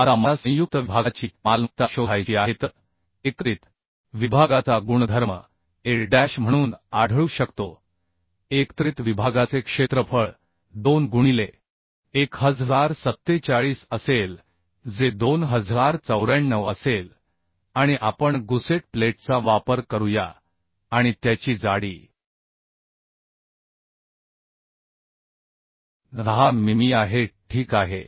आता मला संयुक्त विभागाची मालमत्ता शोधायची आहे तर एकत्रित विभागाचा गुणधर्म ए डॅश म्हणून आढळू शकतो एकत्रित विभागाचे क्षेत्रफळ 2 गुणिले 1047 असेल जे 2094 असेल आणि आपण गुसेट प्लेटचा वापर करूया आणि त्याची जाडी 10 मिमी आहे ठीक आहे